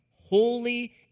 holy